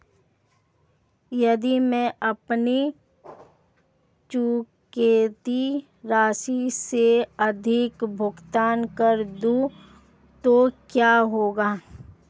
यदि मैं अपनी चुकौती राशि से अधिक भुगतान कर दूं तो क्या होगा?